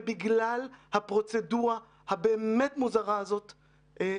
ובגלל הפרוצדורה המוזרה הזאת באמת,